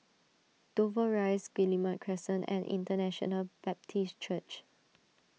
Dover Rise Guillemard Crescent and International Baptist Church